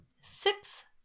six